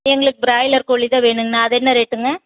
எங்களுக்கு ப்ராய்லர் கோழிதான் வேணுங்கண்ணா அது என்ன ரேட்டுங்க